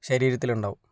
ശരീരത്തിലുണ്ടാവും